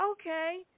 okay